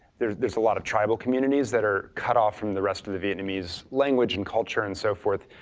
there's there's a lot of tribal communities that are cut off from the rest of the vietnamese language and culture and so forth.